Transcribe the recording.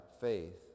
faith